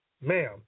ma'am